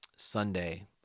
Sunday